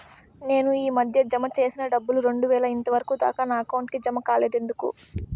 నేను ఈ మధ్య జామ సేసిన డబ్బులు రెండు వేలు ఇంతవరకు దాకా నా అకౌంట్ కు జామ కాలేదు ఎందుకు?